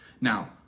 now